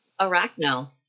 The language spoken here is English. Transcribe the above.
arachno